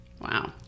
Wow